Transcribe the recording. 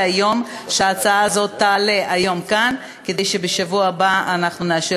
לי שההצעה הזאת תעלה כאן היום כדי שבשבוע הבא אנחנו נאשר,